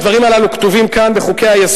הדברים הללו כתובים כאן בחוקי-היסוד,